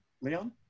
Leon